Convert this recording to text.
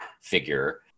figure